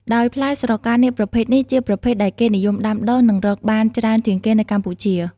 ដោយ ផ្លែស្រកានាគប្រភេទនេះជាប្រភេទដែលគេនិយមដាំដុះ និងរកបានច្រើនជាងគេនៅកម្ពុជា។